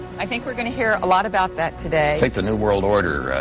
i think we're gonna hear a lot about that today. take the new world order,